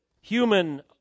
human